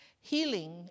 Healing